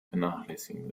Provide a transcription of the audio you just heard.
vernachlässigen